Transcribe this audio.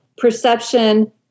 Perception